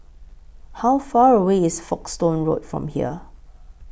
How Far away IS Folkestone Road from here